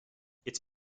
its